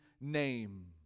name